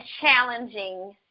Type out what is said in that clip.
challenging